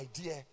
idea